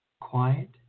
quiet